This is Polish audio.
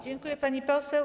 Dziękuję, pani poseł.